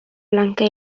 blanca